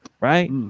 right